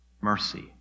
Mercy